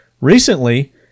recently